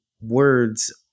words